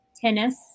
tennis